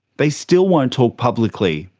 they still won't talk publicly,